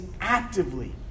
actively